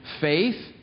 faith